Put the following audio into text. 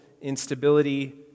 instability